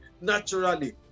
naturally